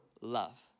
love